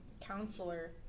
counselor